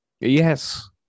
yes